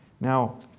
Now